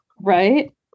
right